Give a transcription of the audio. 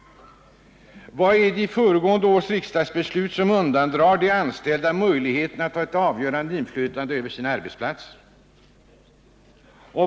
Vad är det i föregående års riksdagsbeslut som undandrar de anställda möjligheten att ha ett avgörande inflytande över sina arbetsplatser?